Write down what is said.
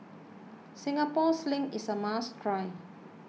Singapore Sling is a must try